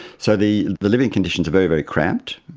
so the the living conditions are very, very cramped.